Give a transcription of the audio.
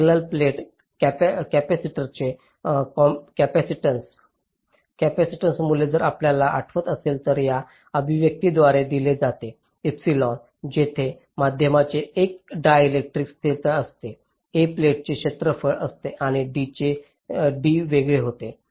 parallel plate कॅपेसिटरचे capacitance मूल्य जर आपल्याला आठवत असेल तर या अभिव्यक्तीद्वारे दिले जाते जेथे माध्यमाचे एक डाइलेक्ट्रिक स्थिरता असते A प्लेट्सचे क्षेत्रफळ असते आणि d वेगळे होते